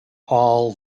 all